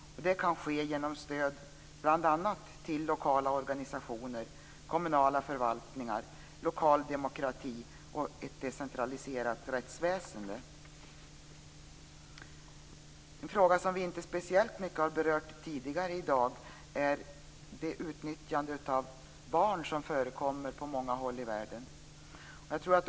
Det kan ske genom stöd till bl.a. lokala organisationer, kommunala förvaltningar, lokal demokrati och ett decentraliserat rättsväsende. En fråga som inte har berörts tidigare i dag är utnyttjande av barn som förekommer på många håll i världen.